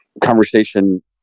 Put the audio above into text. conversation